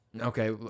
Okay